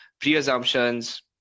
pre-assumptions